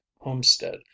homestead